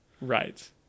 Right